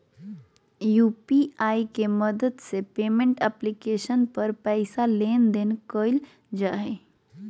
UPI के मदद से पेमेंट एप्लीकेशन पर पैसा लेन देन कइल जा हइ